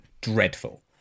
dreadful